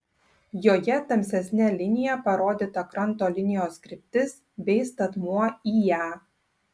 joje tamsesne linija parodyta kranto linijos kryptis bei statmuo į ją